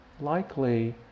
Likely